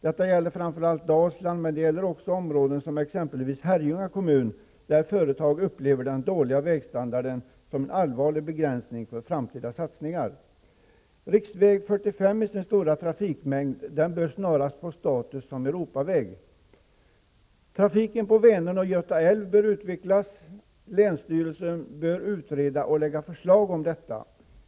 Detta gäller framför allt Dalsland, men också andra områden, exempelvis Herrljunga kommun, där företag upplever den dåliga vägstandarden som en allvarlig begränsning för framtida satsningar. Riksväg 45 med sin stora trafikmängd bör snarast få status som Europaväg. Trafiken på Vänern och Göta älv bör utvecklas. Länsstyrelsen bör utreda och lägga fram förslag om detta.